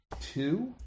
two